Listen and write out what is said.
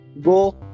Go